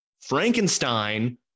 Frankenstein